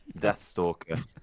deathstalker